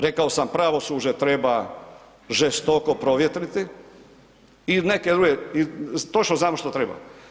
Rekao sam pravosuđe treba žestoko provjetriti i neke druge, točno znam što treba.